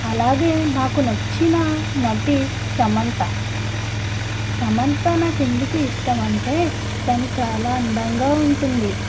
అలాగే నాకు నచ్చిన నటి సమంత సమంత నాకు ఎందుకు ఇష్టమంటే తను చాలా అందంగా ఉంటుంది